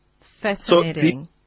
Fascinating